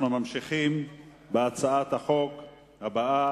אנחנו ממשיכים עם הצעת החוק הבאה,